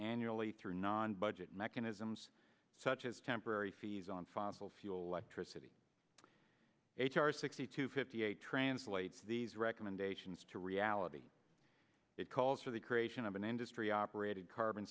annually through non budget mechanisms such as temporary fees on fossil fuel actress city h r sixty two fifty eight translates these recommendations to reality it calls for the creation of an industry operated carbon